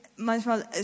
Manchmal